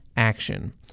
action